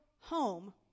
home